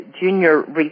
Junior